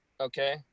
okay